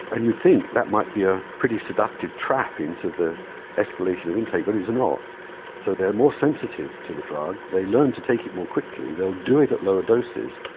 and you'd think that might be a pretty seductive trap into the escalation of intake but it is not so they are more sensitive to the drug, they learn to take it more quickly, they'll do it at lower doses,